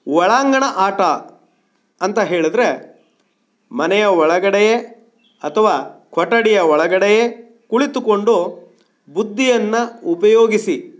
ಒಳಾಂಗಣ ಆಟ ಅಂತ ಹೇಳಿದ್ರೆ ಮನೆಯ ಒಳಗಡೆಯೇ ಅಥವಾ ಕೊಠಡಿಯ ಒಳಗಡೆಯೇ ಕುಳಿತುಕೊಂಡು ಬುದ್ಧಿಯನ್ನು ಉಪಯೋಗಿಸಿ